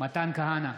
מתן כהנא,